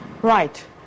Right